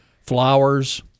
flowers